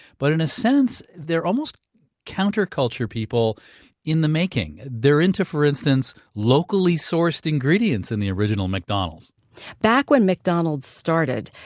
but in a sense they're almost counterculture people in the making. they're into, for instance, locally sourced ingredients in the original mcdonald's back when mcdonald's started,